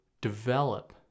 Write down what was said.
develop